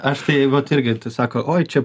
aš tai vat irgi sako oi čia